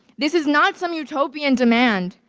this is not some utopian demand.